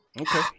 Okay